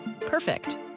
Perfect